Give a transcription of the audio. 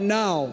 now